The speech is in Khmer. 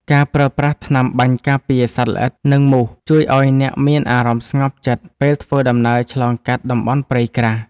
ការប្រើប្រាស់ថ្នាំបាញ់ការពារសត្វល្អិត និងមូស ជួយឱ្យអ្នកមានអារម្មណ៍ស្ងប់ចិត្តពេលធ្វើដំណើរឆ្លងកាត់តំបន់ព្រៃក្រាស់។